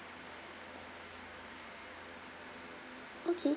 okay